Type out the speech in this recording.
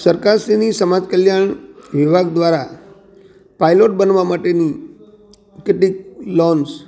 સરકારશ્રીની સમાજ કલ્યાણ વિવાગ દ્વારા પાયલોટ બનાવવા માટેની કેટલીક લોન્સ